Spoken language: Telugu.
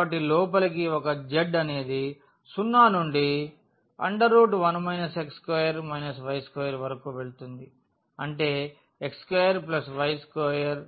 కాబట్టి లోపలికి ఒక z అనేది 0 నుండి 1 x2 y2వరకు వెళుతుంది అంటే x2y2z21